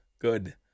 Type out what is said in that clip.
Good